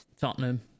Tottenham